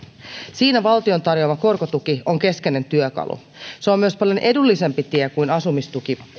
siinä valtion tarjoama korkotuki on keskeinen työkalu se on myös paljon edullisempi tie kuin asumistuki